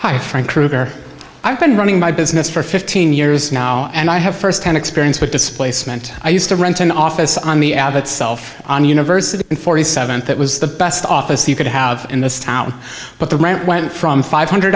hi frank krueger i've been running my business for fifteen years now and i have st hand experience with displacement i used to rent an office on the abbott self on the university in th that was the best office you could have in this town but the rent went from five hundred